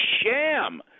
sham